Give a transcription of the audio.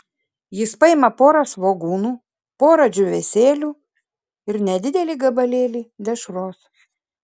jis paima porą svogūnų porą džiūvėsėlių ir nedidelį gabalėlį dešros